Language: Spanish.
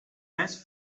mes